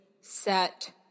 set